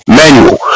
manual